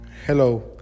Hello